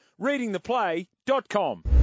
Readingtheplay.com